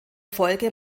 folge